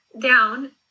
down